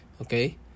okay